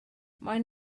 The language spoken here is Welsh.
maen